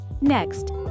Next